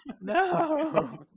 No